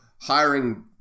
hiring